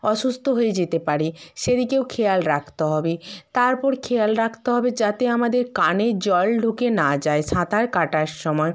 অসুস্থ হয়ে যেতে পারি সেদিকেও খেয়াল রাখতে হবে তারপর খেয়াল রাখতে হবে যাতে আমাদের কানে জল ঢুকে না যায় সাঁতার কাটার সময়